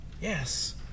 Yes